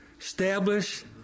establish